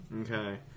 Okay